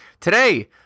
today